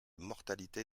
mortalité